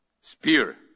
spear